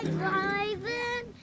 driving